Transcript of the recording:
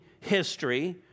history